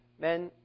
men